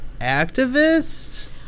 activist